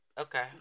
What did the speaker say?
Okay